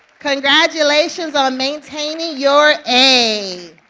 congratulations on maintaining your a.